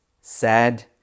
sad